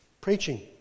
preaching